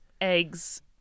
eggs